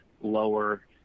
lower